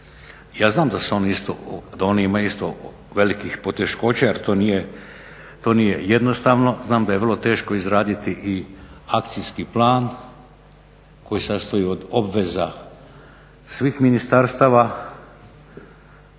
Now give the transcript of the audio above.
Ja znam da oni imaju isto velikih poteškoća jer to nije jednostavno, znam da je vrlo teško izraditi i akcijski plan koji se sastoji od obveza svih ministarstava